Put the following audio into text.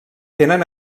tenen